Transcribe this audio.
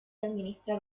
administrar